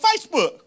Facebook